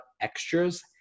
extras